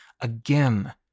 Again